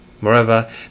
Moreover